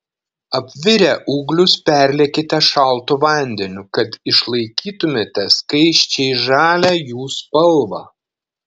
apvirę ūglius perliekite šaltu vandeniu kad išlaikytumėte skaisčiai žalią jų spalvą